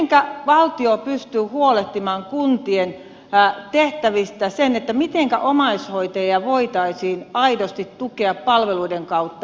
mitenkä valtio pystyy huolehtimaan kuntien tehtävistä siinä mitenkä omaishoitajia voitaisiin aidosti tukea palveluiden kautta